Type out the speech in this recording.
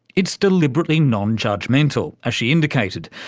it's deliberately non-judgemental, as she indicated,